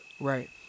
Right